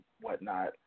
whatnot